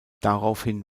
daraufhin